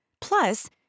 Plus